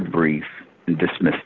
brief dismissed